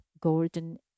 golden